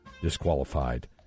disqualified